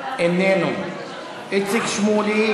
איננו, איציק שמולי,